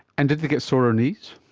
and did they get sorer knees?